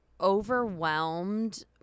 overwhelmed